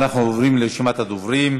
אנחנו עוברים לרשימת הדוברים: